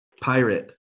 Pirate